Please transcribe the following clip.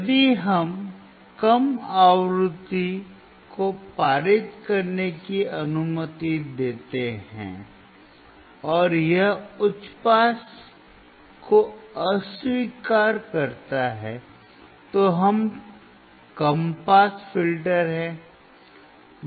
यदि यह कम आवृत्ति को पारित करने की अनुमति देता है और यह उच्च पास को अस्वीकार करता है तो यह कम पास फिल्टर है